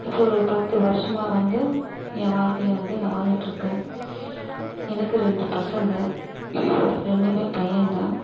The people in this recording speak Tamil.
இப்போது ஒரு பத்து வருஷமாக வந்து என் வாழ்க்கையை வந்து நான் வாழ்ந்துட்டுருக்கேன் எனக்கு ரெண்டு பசங்கள் ரெண்டுமே பையன்தான்